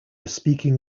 speaking